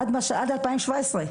עד 2017,